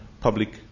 public